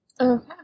Okay